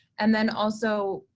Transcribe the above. and then also,